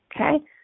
Okay